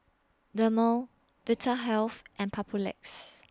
Dermale Vitahealth and Papulex